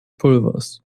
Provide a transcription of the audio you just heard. pulvers